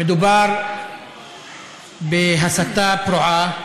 מדובר בהסתה פרועה.